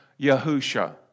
Yahusha